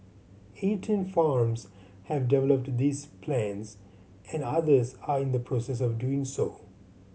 eighteen farms have developed these plans and others are in the process of doing so